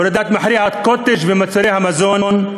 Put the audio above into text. הורדת מחירי הקוטג' ומוצרי המזון,